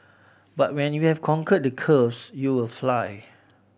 but when you have conquered the curves you will fly